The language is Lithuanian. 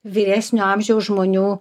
vyresnio amžiaus žmonių